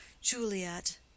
Juliet